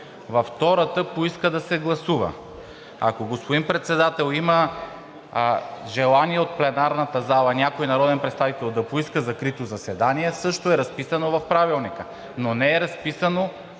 Във втората поиска да се гласува. Ако, господин Председател, има желание от пленарната зала някой народен представител да поиска закрито заседание, също е разписано в Правилника, но не е разписано,